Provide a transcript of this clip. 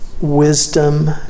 wisdom